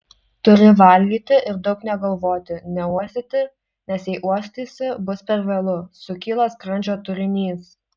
turi valgyti ir daug negalvoti neuostyti nes jei uostysi bus per vėlu sukyla skrandžio turinys